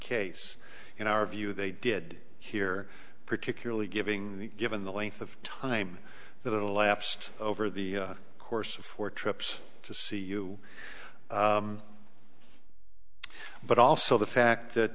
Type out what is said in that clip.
case in our view they did hear particularly giving given the length of time that elapsed over the course of four trips to see you but also the fact that